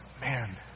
Man